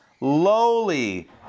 lowly